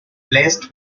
placed